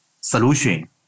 solution